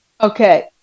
Okay